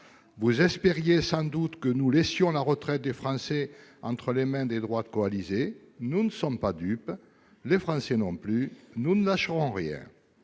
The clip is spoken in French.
Vous espériez sans doute que nous laisserions la retraite des Français entre les mains des droites coalisées. Nous ne sommes pas dupes, les Français non plus. Nous ne lâcherons rien.